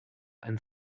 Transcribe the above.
and